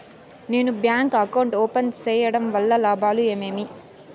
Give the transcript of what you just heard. నేను bank account open సేయడం వల్ల లాభాలు ఏమేమి?